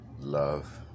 love